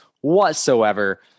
whatsoever